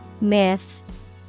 Myth